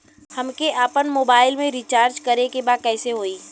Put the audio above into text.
हमके आपन मोबाइल मे रिचार्ज करे के बा कैसे होई?